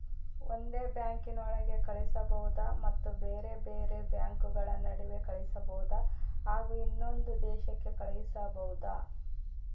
ಒಂದೇ ಬ್ಯಾಂಕಿನೊಳಗೆ ಕಳಿಸಬಹುದಾ ಮತ್ತು ಬೇರೆ ಬೇರೆ ಬ್ಯಾಂಕುಗಳ ನಡುವೆ ಕಳಿಸಬಹುದಾ ಹಾಗೂ ಇನ್ನೊಂದು ದೇಶಕ್ಕೆ ಕಳಿಸಬಹುದಾ?